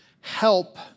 help